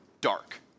dark